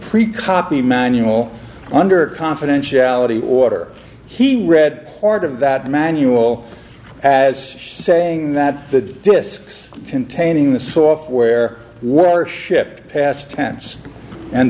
pretty cocky manual under confidentiality water he read part of that manual as saying that the disks containing the software were shipped past tense and